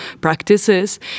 practices